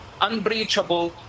unbreachable